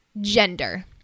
gender